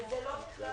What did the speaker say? וזה לא נכלל